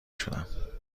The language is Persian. شدم